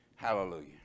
Hallelujah